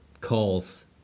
calls